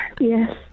Yes